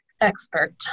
expert